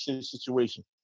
situation